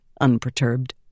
unperturbed